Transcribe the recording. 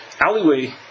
alleyway